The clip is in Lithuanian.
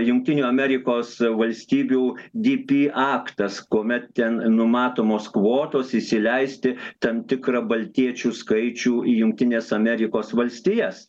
jungtinių amerikos valstybių dy py aktas kuomet ten numatomos kvotos įsileisti tam tikrą baltiečių skaičių į jungtines amerikos valstijas